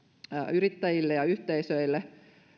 yrittäjille ja yhteisöille